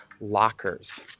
lockers